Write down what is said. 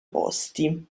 posti